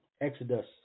Exodus